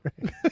right